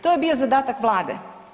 To je bio zadatak Vlade.